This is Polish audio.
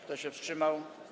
Kto się wstrzymał?